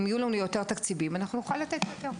אם יהיו לנו יותר תקציבים, נוכל לתת יותר.